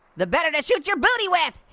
the better to shoot your booty with.